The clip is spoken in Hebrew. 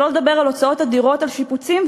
שלא לדבר על הוצאות אדירות על שיפוצים,